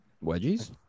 Wedges